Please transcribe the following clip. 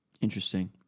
Interesting